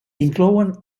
inclouen